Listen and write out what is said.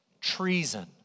treason